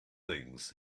things